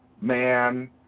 man